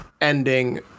ending